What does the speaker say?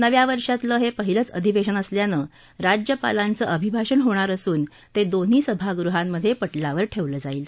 नव्या वर्षातलं हे पहिलंच अधिवेशन असल्यानं राज्यपालांचं अभिभाषण होणार असून ते दोन्ही सभागृहामध्ये पटलावर ठेवलं जाईल